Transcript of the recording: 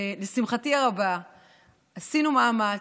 ולשמחתי הרבה עשינו מאמץ,